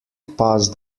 passed